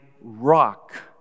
rock